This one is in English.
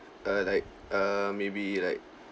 uh like err maybe like